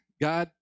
God